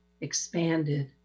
expanded